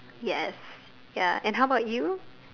yes ya and how about you